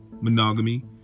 monogamy